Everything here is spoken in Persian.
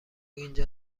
اینجا